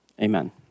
Amen